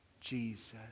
Jesus